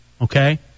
Okay